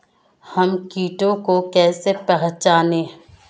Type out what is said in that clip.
हम कीटों को कैसे पहचाने?